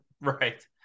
Right